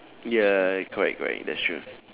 ya correct correct that's true